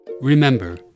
Remember